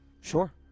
Sure